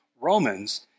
Romans